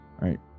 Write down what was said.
Right